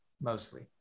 mostly